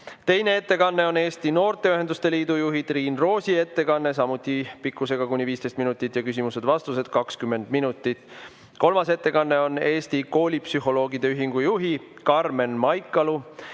Teine ettekanne on Eesti Noorteühenduste Liidu juhi Triin Roosi ettekanne, samuti pikkusega kuni 15 minutit ja küsimused-vastused kuni 20 minutit. Kolmas ettekandja on Eesti Koolipsühholoogide Ühingu juht Karmen Maikalu,